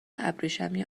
ابریشمی